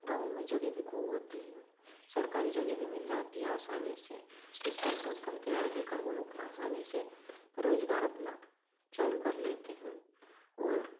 गाँव में जगह भी खूब होती है सरकारी ज़मीन भी मिल जाती है आसानी से जिस पर बहुत कम किराया देकर वह लोग आसानी से रोज़गार अपना चालू कर लेते हैं और